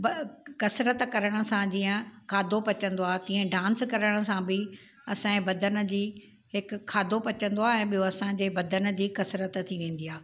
ॿ कसरतु करण सां जीअं खाधो पचंदो आहे तीअं डांस करण सां बि असां जे बदन जी हिकु खाधो पचंदो आहे ऐं ॿियो असांजे बदन जी कसरतु थी वेंदी आहे